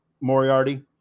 Moriarty